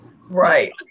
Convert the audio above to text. Right